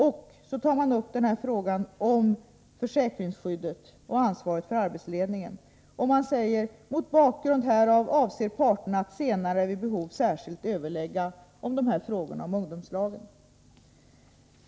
Man tar sedan upp frågan om försäkringsskydd och ansvar för arbetsledning och säger: ”Mot bakgrund härav avser parterna att senare vid behov särskilt överlägga härom” — om de frågor beträffande ungdomslagen som jag nämnt.